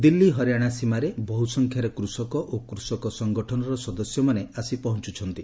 ଦିଲ୍ଲୀ ହରିୟାଣା ସୀମାରେ ବହୁ ସଂଖ୍ୟାରେ କୃଷକ ଓ କୃଷକ ସଙ୍ଗଠନର ସଦସ୍ୟମାନେ ଆସି ପହଞ୍ଚୁଛନ୍ତି